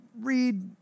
read